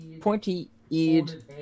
pointy-eared